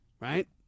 right